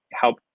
help